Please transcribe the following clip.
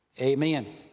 amen